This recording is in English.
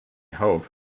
hope